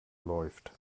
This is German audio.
läuft